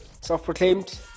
Self-proclaimed